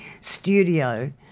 studio